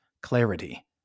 clarity